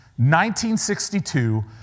1962